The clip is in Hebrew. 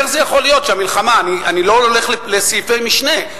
אני לא הולך לסעיפי משנה,